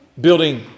Building